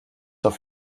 auf